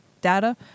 data